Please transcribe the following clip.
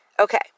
Okay